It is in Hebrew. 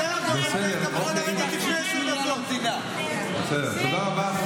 תודה רבה.